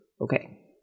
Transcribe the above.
Okay